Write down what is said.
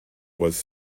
was